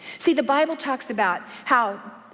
see the bible talks about how,